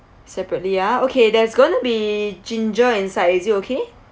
separately ah okay there's gonna be ginger inside is it okay